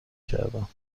کردم